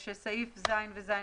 סעיפים קטנים (ז) ו(ז1)